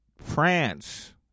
France